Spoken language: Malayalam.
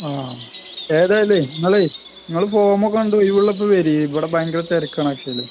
ആ ഏതായാലുമേ നിങ്ങളേ നിങ്ങൾ ഫോം ഒക്കെ കൊണ്ട് ഒഴിവുള്ളപ്പോൾ വരൂ ഇവിടെ ഭയങ്കര തിരക്കാണ് അക്ഷയയിൽ